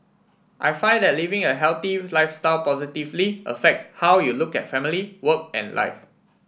I find that living a healthy lifestyle positively affects how you look at family work and life